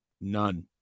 none